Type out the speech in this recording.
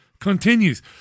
continues